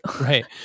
Right